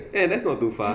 eh that's not too far